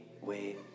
wait